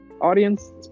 Audience